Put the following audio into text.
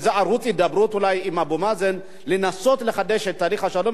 איזה ערוץ הידברות עם אבו מאזן לנסות לחדש את תהליך השלום,